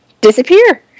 disappear